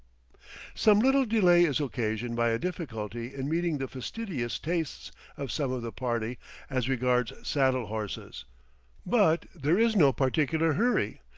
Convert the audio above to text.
some little delay is occasioned by a difficulty in meeting the fastidious tastes of some of the party as regards saddle-horses but there is no particular hurry,